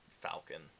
Falcon